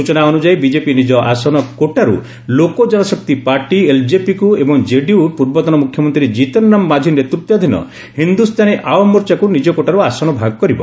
ସୂଚନା ଅନୁଯାୟୀ ବିଜେପି ନିଜ ଆସନ କୋଟାରୁ ଲୋକ ଜନଶକ୍ତି ପାର୍ଟି ଏଲଜେପିକୁ ଏବଂଜେଡିୟୁ ପୂର୍ବତନ ମୁଖ୍ୟମନ୍ତ୍ରୀ ଜିତନ ରାମ ମାଂଝୀ ନେତୁତ୍ୱାଧୀନ ହିନ୍ଦୁସ୍ଥାନୀ ଆଓ୍ୱାମ ମୋର୍ଚ୍ଚାକୁ ନିଜ କୋଟାରୁ ଆସନ ଭାଗ କରିବ